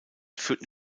führten